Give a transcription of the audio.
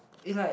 is like